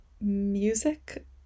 music